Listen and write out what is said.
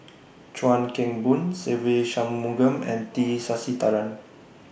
Chuan Keng Boon Se Ve Shanmugam and T Sasitharan